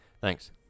Thanks